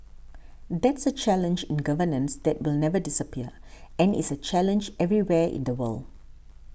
that's a challenge in governance that will never disappear and is a challenge everywhere in the world